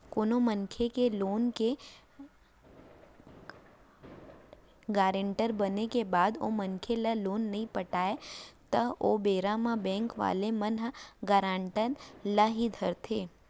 कोनो मनसे के लोन के गारेंटर बने के बाद ओ मनसे ह लोन नइ पटाइस त ओ बेरा म बेंक वाले मन ह गारेंटर ल ही धरथे